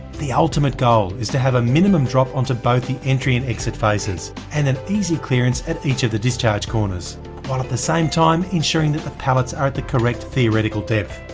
the ultimate goal is to have a minimum drop onto both the entry and exit faces, and an easy clearance at each of the discharge corners. while at the same time ensuring that the pallets are at the correct theoretical depth.